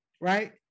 right